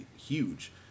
huge